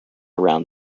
around